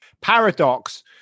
paradox